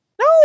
No